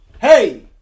Hey